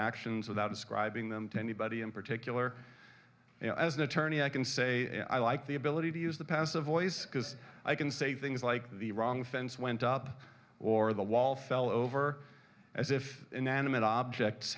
actions without describing them to anybody in particular you know as an attorney i can say i like the ability to use the passive voice because i can say things like the wrong fence went up or the wall fell over as if inanimate objects